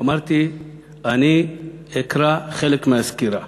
אמרתי, אני אקרא חלק מהסקירה.